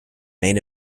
main